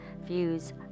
views